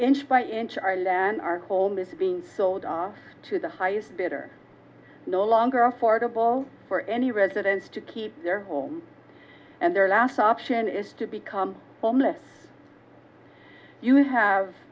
is being sold off to the highest bidder no longer affordable for any residents to keep their home and their last option is to become homeless you have